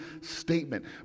Statement